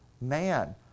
man